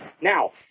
Now